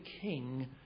king